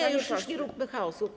Nie, już nie róbmy chaosu.